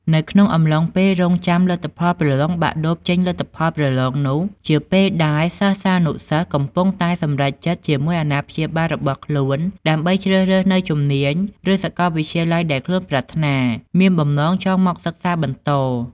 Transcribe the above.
នៅក្នុងអំឡុងពេលរងចាំលទ្ធផលប្រឡងបាក់ឌុបចេញលទ្ធផលប្រឡងនោះ ជាពេលដែលសិស្សានុសិស្សកំពុងតែសម្រេចចិត្តជាមួយអាណាព្យាបាលរបស់ខ្លួនដើម្បីជ្រើសរើសនូវជំនាញ ឬសកលវិទ្យាល័យដែលខ្លួនប្រាថ្នា មានបំណងចង់មកសិក្សាបន្ត។